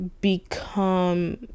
become